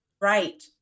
Right